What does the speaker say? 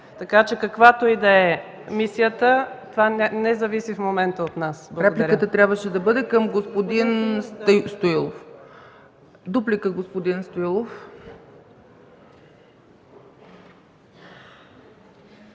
Така че каквато и да е мисията, това не зависи в момента от нас. Благодаря. ПРЕДСЕДАТЕЛ ЦЕЦКА ЦАЧЕВА: Репликата трябваше да бъде към господин Стоилов. Дуплика – господин Стоилов.